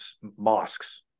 mosques